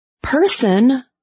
Person